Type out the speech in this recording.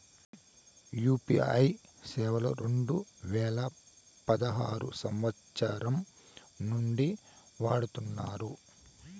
UPI సేవలు రెండు వేల పదహారు సంవచ్చరం నుండి వాడుతున్నారు